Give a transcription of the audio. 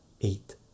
eight